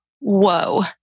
Whoa